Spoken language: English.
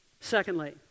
Secondly